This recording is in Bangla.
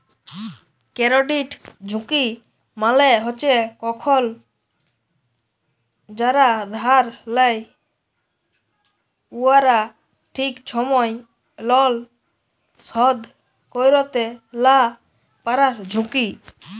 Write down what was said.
কেরডিট ঝুঁকি মালে হছে কখল যারা ধার লেয় উয়ারা ঠিক ছময় লল শধ ক্যইরতে লা পারার ঝুঁকি